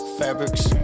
fabrics